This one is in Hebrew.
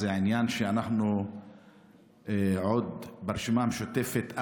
אנחנו עוד ברשימה המשותפת,